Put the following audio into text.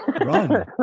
run